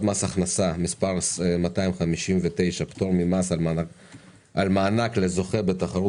מס הכנסה (מס' 259) (פטור ממס על מענק לזוכה בתחרות